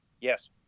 Yes